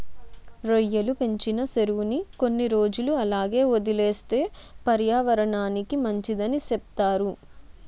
రొయ్యలు పెంచిన సెరువుని కొన్ని రోజులు అలాగే వదిలేస్తే పర్యావరనానికి మంచిదని సెప్తారు